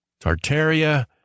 Tartaria